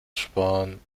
sparen